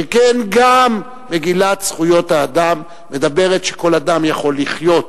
שכן גם מגילת זכויות האדם מדברת על כך שכל אדם יכול לחיות